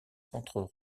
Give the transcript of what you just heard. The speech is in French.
s’entre